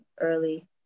Early